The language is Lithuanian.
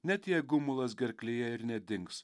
net jei gumulas gerklėje ir nedings